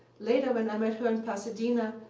later, when i met her in pasadena,